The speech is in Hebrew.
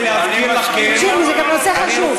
זה גם נושא חשוב.